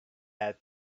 had